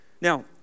Now